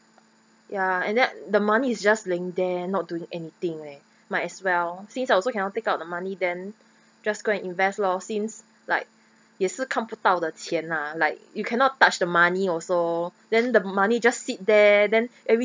ya and that the money is just laying there not doing anything leh might as well since I also cannot take out the money then just go and invest lor since like ye shi kan bu dao de qian lah like you cannot touch the money also then the money just sit there then every